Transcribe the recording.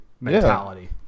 mentality